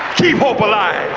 keep hope alive.